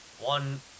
one